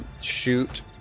shoot